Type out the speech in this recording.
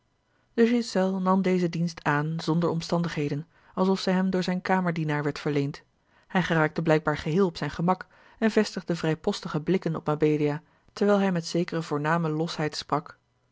de ghiselles nam dezen dienst aan zonder omstandigheden alsof zij hem door zijn kamerdienaar werd verleend hij geraakte blijkbaar geheel op zijn gemak en vestigde vrijpostige blikken op mabelia terwijl hij met zekere voorname losheid sprak